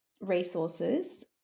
resources